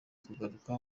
guhaguruka